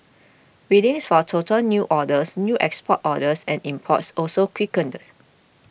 readings for total new orders new export orders and imports also quickened